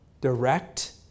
direct